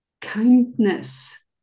kindness